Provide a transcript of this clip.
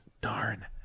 darn